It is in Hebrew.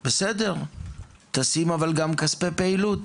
בסדר, אבל תשים גם כספי פעילות.